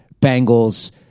Bengals